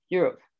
Europe